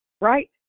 right